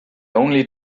only